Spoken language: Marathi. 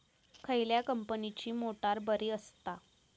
खयल्या कंपनीची मोटार बरी असता?